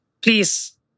please